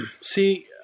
See